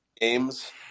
games